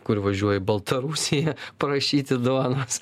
kur važiuoja į baltarusiją prašyti duonos